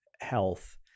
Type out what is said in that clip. health